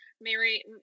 Mary